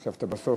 ישבת בסוף.